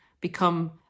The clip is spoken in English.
become